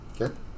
Okay